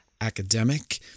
academic